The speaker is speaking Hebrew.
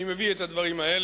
אני מביא את הדברים האלה